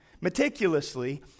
meticulously